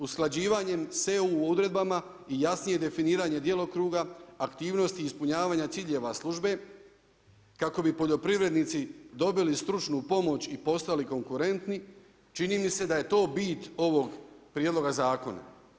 Usklađivanjem s eu odredbama i jasnije definiranje djelokruga aktivnosti ispunjavanja ciljeva službe kako bi poljoprivrednici dobili stručnu pomoć i postali konkurentni, čini mi se da je to bit ovog prijedloga zakona.